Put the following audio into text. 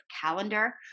calendar